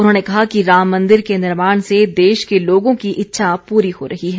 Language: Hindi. उन्होंने कहा कि राम मन्दिर के निर्माण से देश के लोगों की इच्छा पूरी हो रही है